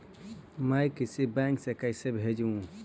मैं किसी बैंक से कैसे भेजेऊ